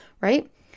right